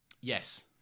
yes